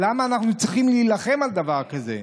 למה אנחנו צריכים להילחם על דבר כזה?